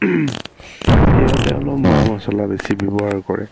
সিহঁতে অলপ মা মচলা বেছি ব্যৱহাৰ কৰে